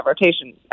rotation